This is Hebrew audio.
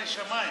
בבקשה,